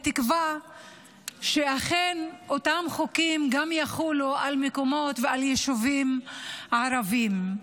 בתקווה שאכן אותם חוקים יחולו גם על מקומות ועל יישובים ערביים.